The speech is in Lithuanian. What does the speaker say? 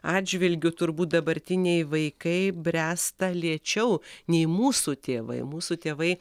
atžvilgiu turbūt dabartiniai vaikai bręsta lėčiau nei mūsų tėvai mūsų tėvai